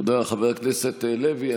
תודה, חבר הכנסת לוי.